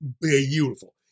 Beautiful